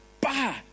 Bah